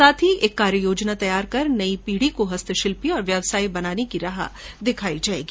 साथ ही एक कार्ययोजना तैयार कर नई पीढी को हस्तशिल्पी और व्यवसायी बनाने की राह दिखाई जायेगी